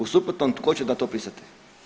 U suprotnom tko će na to pristati?